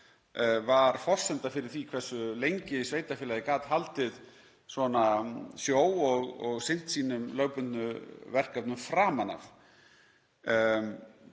var forsenda fyrir því hversu lengi sveitarfélagið gat haldið sjó og sinnt sínum lögbundnu verkefnum framan af.